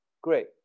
great